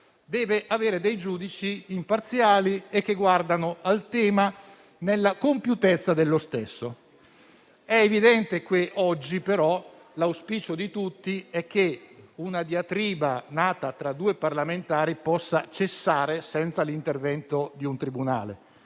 deve avere dei giudici imparziali e che guardano al tema nella compiutezza dello stesso. È evidente che oggi l'auspicio di tutti è che una diatriba nata tra due parlamentari possa cessare senza l'intervento di un tribunale.